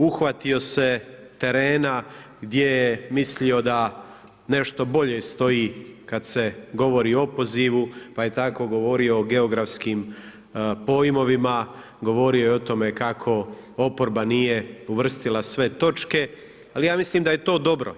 Uhvatio se terena gdje je mislio da nešto bolje stoji kad se govori o opozivu, pa je tako govorio o geografskim pojmovima, govorio je o tome kako oporba nije uvrstila sve točke, ali ja mislim da je to dobro.